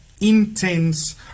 intense